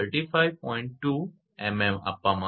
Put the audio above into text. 2 mm આપવામાં આવે છે